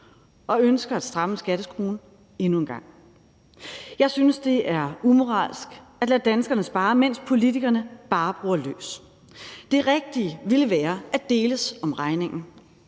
og ønsker at stramme skatteskruen endnu en gang. Jeg synes, det er umoralsk at lade danskerne spare, mens politikerne bare bruger løs. Det rigtige ville være at deles om regningen.